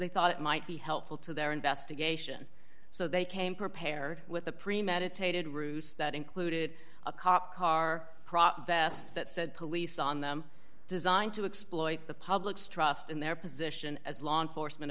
they thought it might be helpful to their investigation so they came prepared with a premeditated ruse that included a cop car vests that said police on them designed to exploit the public's trust in their position as law enforcement